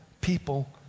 people